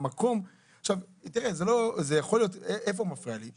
עכשיו, איפה מפריע לי?